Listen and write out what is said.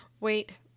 Wait